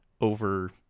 over